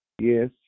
Yes